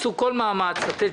לסדר היום.